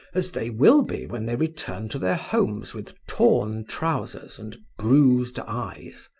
as they will be when they return to their homes with torn trousers and bruised eyes.